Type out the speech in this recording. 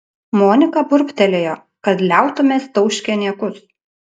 monika burbtelėjo kad liautumės tauškę niekus